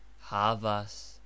Havas